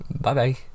Bye-bye